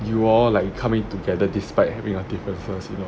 you all like coming together despite having your differences you know